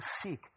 seek